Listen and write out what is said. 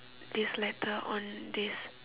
this letter on this